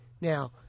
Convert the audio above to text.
Now